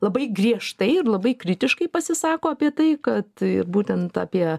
labai griežtai ir labai kritiškai pasisako apie tai kad būtent apie